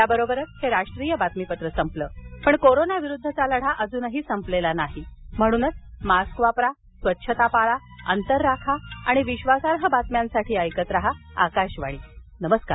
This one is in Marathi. याबरोबरच हे राष्ट्रीय बातमीपत्र संपलं पण कोरोना विरुद्धचा लढा अजून संपलेला नाही म्हणूनच मास्क वापरा स्वच्छता पाळा अंतर राखा आणि विश्वासार्ह बातम्यांसाठी ऐकत रहा आकाशवाणी नमस्कार